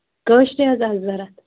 کٲشرِ حظ آسہٕ ضروٗرت